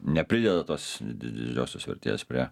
neprideda tos didžiosios vertės prie